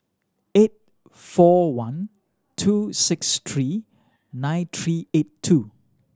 eight four one two six three nine three eight two